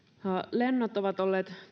lennot tosiaan ovat olleet